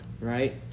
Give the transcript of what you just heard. Right